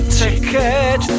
ticket